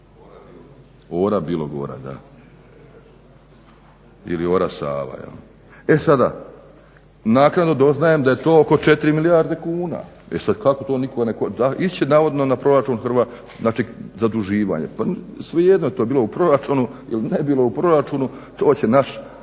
ove ceste koje su ovdje zacrtane. E sada, naknadno doznajem da je to oko 4 milijarde kuna. E sada kako to nikog, ići će navodno na proračun, znači zaduživanje. Pa svejedno bilo to u proračunu ili ne bilo u proračunu to će naši